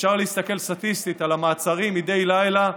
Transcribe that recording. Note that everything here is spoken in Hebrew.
אפשר להסתכל סטטיסטית על המעצרים מדי לילה.